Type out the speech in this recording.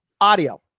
audio